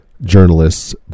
journalists